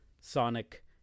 sonic